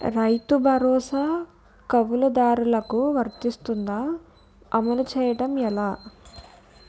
రైతు భరోసా కవులుదారులకు వర్తిస్తుందా? అమలు చేయడం ఎలా